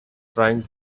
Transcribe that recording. trying